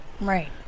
Right